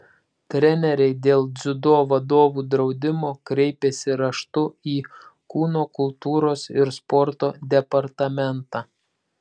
treneriai dėl dziudo vadovų draudimo kreipėsi raštu į kūno kultūros ir sporto departamentą